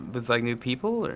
with like new people?